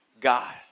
God